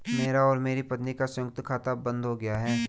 मेरा और मेरी पत्नी का संयुक्त खाता अब बंद हो गया है